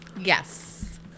Yes